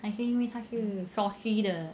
还是因为是 saucy 的